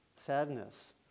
sadness